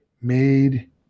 made